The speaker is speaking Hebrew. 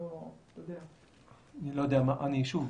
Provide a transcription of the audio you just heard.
שוב,